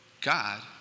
God